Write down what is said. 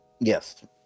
Yes